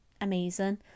amazing